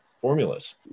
formulas